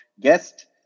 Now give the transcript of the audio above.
guest